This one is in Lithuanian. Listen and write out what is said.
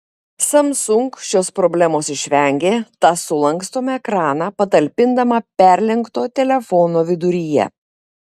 samsung šios problemos išvengė tą sulankstomą ekraną patalpindama perlenkto telefono viduryje